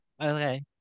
Okay